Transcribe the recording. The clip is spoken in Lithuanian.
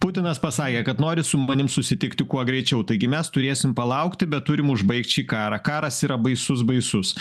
putinas pasakė kad nori su manim susitikti kuo greičiau taigi mes turėsim palaukti bet turim užbaigt šį karą karas yra baisus baisus